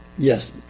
Yes